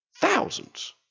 thousands